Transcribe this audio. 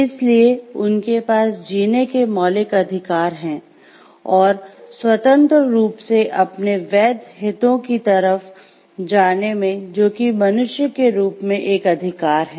इसलिए उनके पास जीने के "मौलिक अधिकार" हैं और स्वतंत्र रूप से अपने वैध हितों की तरफ जाने में जो कि मनुष्य के रूप में एक अधिकार है